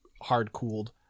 hard-cooled